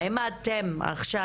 האם אתם עכשיו,